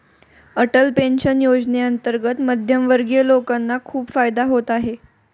Atal pension योजनेअंतर्गत मध्यमवर्गीय लोकांना खूप फायदा होत आहे